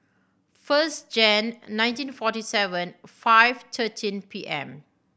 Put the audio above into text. first Jan nineteen forty seven five thirteen P M